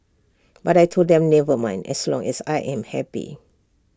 but I Told them never mind as long as I am happy